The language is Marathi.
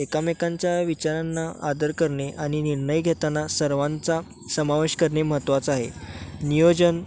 एकमेकांच्या विचारांना आदर करणे आणि निर्णय घेताना सर्वांचा समावेश करणे महत्वाचं आहे नियोजन